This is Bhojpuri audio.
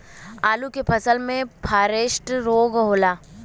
आलू के फसल मे फारेस्ट रोग होला?